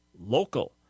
local